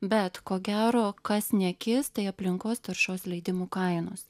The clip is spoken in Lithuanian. bet ko gero kas nekis tai aplinkos taršos leidimų kainos